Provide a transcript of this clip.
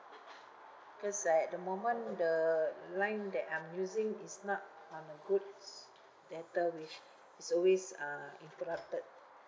cause at the moment the line that I'm using is not on a goods data wave it's always uh interrupted